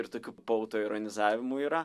ir tokių paautoironizavimų yra